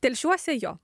telšiuose jo